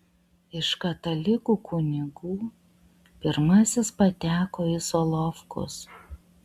iš katalikų kunigų pirmasis pateko į solovkus